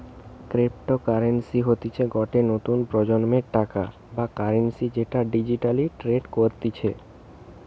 cryptocurrency হতিছে গটে নতুন প্রজন্মের টাকা বা কারেন্সি যেটা ডিজিটালি ট্রেড করতিছে